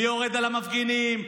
ויורד על המפגינים,